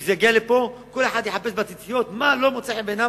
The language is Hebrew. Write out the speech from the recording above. אבל כשזה יגיע הנה כל אחד יחפש בציציות מה לא מוצא חן בעיניו,